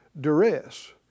duress